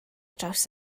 draws